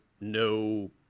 no